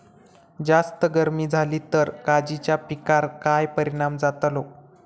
जास्त गर्मी जाली तर काजीच्या पीकार काय परिणाम जतालो?